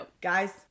Guys